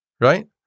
Right